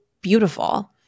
beautiful